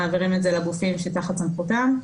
מעביר את זה לגופים שתחת סמכותו.